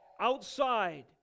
outside